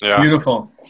Beautiful